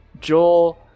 Joel